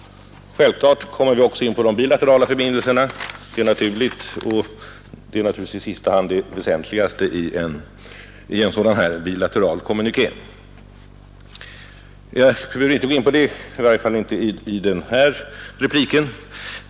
Självfallet kommer vi också in på de bilaterala förbindelserna. Det är naturligt och i sista hand det väsentligaste i en sådan här bilateral kommuniké, men jag skall i varje fall inte i denna replik gå in på detta.